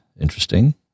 interesting